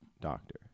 doctor